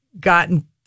gotten